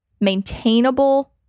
maintainable